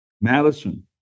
Madison